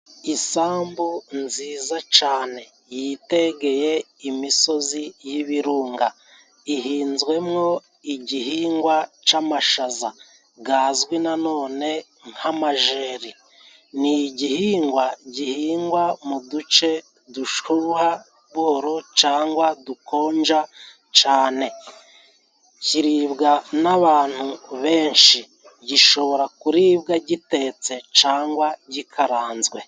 Isambu nziza cane yitegeye imisozi y'ibirunga ihinzwemwo igihingwa c'amashaza gazwi nanone nk'amajeri. Ni igihingwa gihingwa mu duce dushyuha buhororo cangwa udukonja cane, kiribwa n'abantu benshi, gishobora kuribwa gitetse cangwa gikaranzwe.